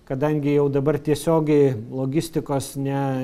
kadangi jau dabar tiesiogiai logistikos ne